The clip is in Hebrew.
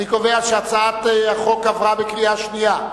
אני קובע שהצעת החוק עברה בקריאה שנייה.